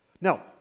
Now